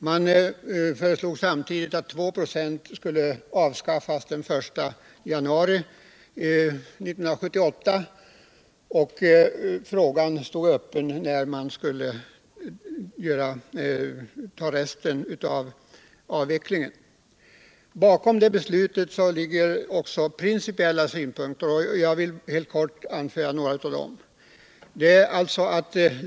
Man föreslog samtidigt att 2 96 skulle avskaffas den 1 januari 1978, och frågan lämnades öppen när man skulle ta resten av avvecklingen. Bakom det beslutet ligger också principiella synpunkter och jag vill helt kort anföra några av dem.